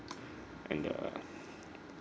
and the